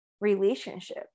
relationship